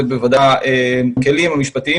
זה בוודאי בכלים המשפטיים,